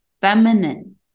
feminine